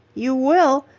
you will?